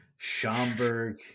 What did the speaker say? Schomburg